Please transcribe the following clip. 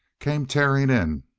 came tearing in.